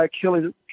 killing